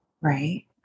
Right